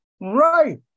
right